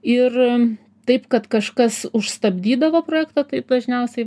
ir taip kad kažkas už stabdydavo projektą taip dažniausiai